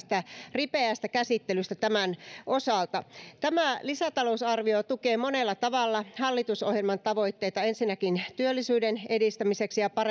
ripeästä käsittelystä tämän osalta tämä lisätalousarvio tukee monella tavalla hallitusohjelman tavoitteita ensinnäkin työllisyyden edistämiseksi ja